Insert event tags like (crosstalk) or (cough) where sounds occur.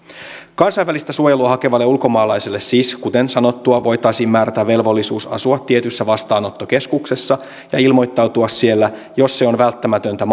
kansainvälistä suojelua hakevalle ulkomaalaiselle siis kuten sanottua voitaisiin määrätä velvollisuus asua tietyssä vastaanottokeskuksessa ja ilmoittautua siellä jos se on välttämätöntä (unintelligible)